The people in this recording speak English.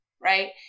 right